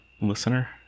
listener